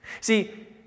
See